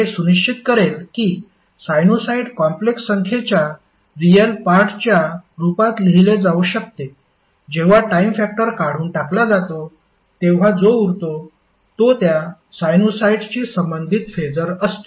हे सुनिश्चित करेल की साइनुसॉईड कॉम्प्लेक्स संख्येच्या रियाल पार्टच्या रूपात लिहिले जाऊ शकते जेव्हा टाइम फॅक्टर काढून टाकला जातो तेव्हा जो उरतो तो त्या साइनुसॉईडशी संबंधित फेसर असतो